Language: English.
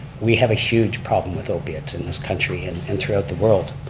we have a huge problem with opiates in this country and and throughout the world.